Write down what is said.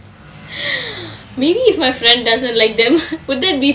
maybe if my friend doesn't like them would that be